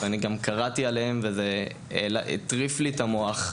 ואני גם קראתי עליהן וזה הטריף לי את המוח,